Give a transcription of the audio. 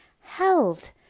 held